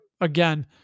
again